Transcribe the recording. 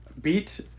beat